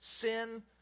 sin